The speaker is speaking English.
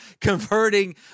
converting